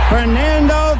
Fernando